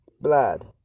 blood